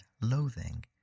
loathing